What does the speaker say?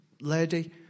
lady